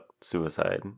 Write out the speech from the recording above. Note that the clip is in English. suicide